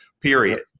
period